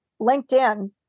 LinkedIn